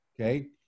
okay